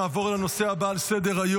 נעבור לנושא הבא על סדר-היום,